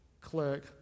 Click